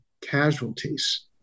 casualties